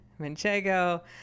Manchego